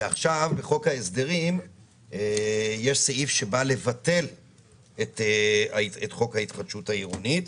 בחוק ההסדרים יש עכשיו סעיף שבא לבטל את חוק ההתחדשות העירונית,